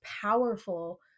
powerful